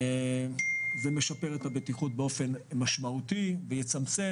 זה משפר את הבטיחות באופן משמעותי ויצמצם,